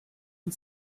and